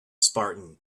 spartan